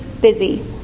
Busy